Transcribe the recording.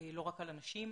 לא רק על הנשים,